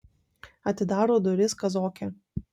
atidaro duris kazokė